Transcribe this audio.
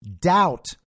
doubt